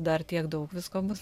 dar tiek daug visko bus